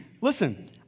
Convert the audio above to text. Listen